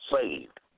saved